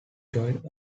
joined